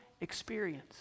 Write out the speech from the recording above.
experience